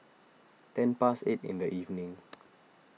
ten past eight in the evening